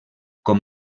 com